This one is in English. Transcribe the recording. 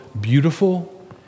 beautiful